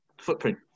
footprint